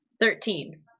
Thirteen